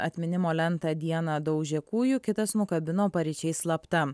atminimo lentą dieną daužė kūju kitas nukabino paryčiais slapta